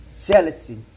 Jealousy